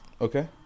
okay